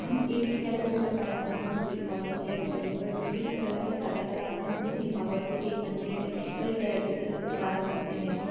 हम एक या दो प्रकार से हम उस लिखावट को लिख सकते थे पर डिजिटल कला की सहायता से आज हम उस लिखावट को एक पन्ने पर कई तरीक़े से उतार सकते हैं